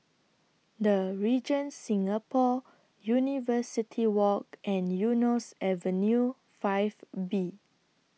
The Regent Singapore University Walk and Eunos Avenue five B